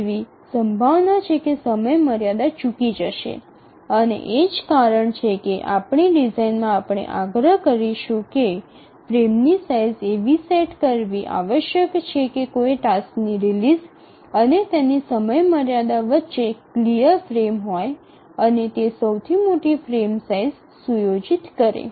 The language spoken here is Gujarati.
એવી સંભાવના છે કે સમયમર્યાદા ચૂકી જશે અને તે જ કારણ છે કે આપણી ડિઝાઇનમાં આપણે આગ્રહ કરીશું કે ફ્રેમની સાઇઝ એવી સેટ કરવી આવશ્યક છે કે કોઈ ટાસ્કની રિલીઝ અને તેની સમયમર્યાદા વચ્ચે ક્લિયર ફ્રેમ હોય અને તે સૌથી ફ્રેમની મોટી સાઇઝ સુયોજિત કરે